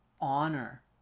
honor